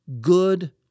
good